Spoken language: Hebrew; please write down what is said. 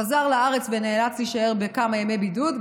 חזר לארץ ונאלץ להישאר לכמה ימי בידוד,